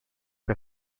que